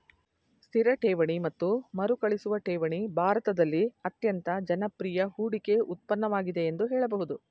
ಸ್ಥಿರ ಠೇವಣಿ ಮತ್ತು ಮರುಕಳಿಸುವ ಠೇವಣಿ ಭಾರತದಲ್ಲಿ ಅತ್ಯಂತ ಜನಪ್ರಿಯ ಹೂಡಿಕೆ ಉತ್ಪನ್ನವಾಗಿದೆ ಎಂದು ಹೇಳಬಹುದು